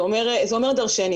זה אומר דרשני.